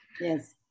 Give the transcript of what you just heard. Yes